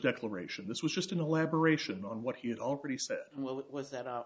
declaration this was just an elaboration on what he had already said while it was that